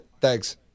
thanks